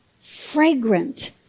fragrant